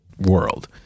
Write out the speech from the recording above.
world